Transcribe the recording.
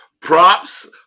Props